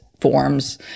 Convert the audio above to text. forms